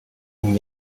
n’y